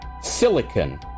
silicon